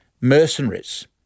mercenaries